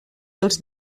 dels